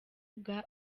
bwa